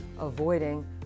avoiding